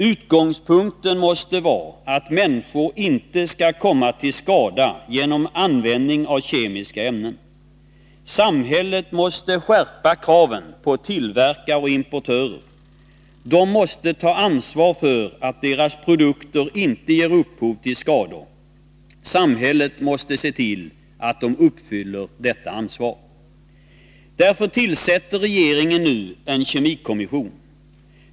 Utgångspunkten måste vara att människor inte skall komma till skada genom användning av kemiska ämnen. Samhället måste skärpa kraven på tillverkare och importörer. De måste ta ansvar för att deras produkter inte ger upphov till skador. Samhället skall se till att de påtar sig detta ansvar. Därför tillsätter regeringen nu en kemikommission.